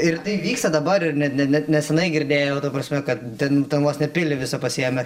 ir tai vyksta dabar ir ne ne net neseniai girdėjau ta prasme kad ten ten vos ne pilį visą pasiėmė